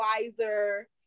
wiser